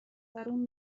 درون